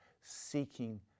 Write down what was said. seeking